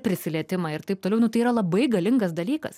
prisilietimą ir taip toliau nu tai yra labai galingas dalykas